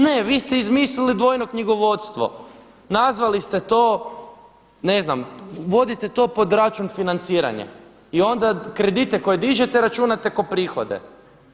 Ne, vi ste izmislili dvojno knjigovodstvo, nazvali ste to na znam, vodite to pod račun financiranje i onda kredite koje dižete računate ko prihode.